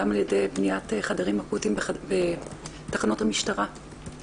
גם על ידי בניית חדרים אקוטיים בתחנות המשטרה.